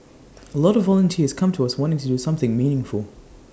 A lot of volunteers come to us wanting to do something meaningful